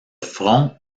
front